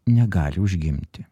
negali užgimti